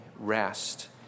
Rest